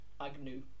Agnew